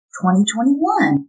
2021